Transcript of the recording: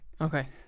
Okay